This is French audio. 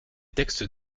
textes